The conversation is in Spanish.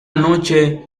noche